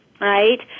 right